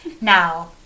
Now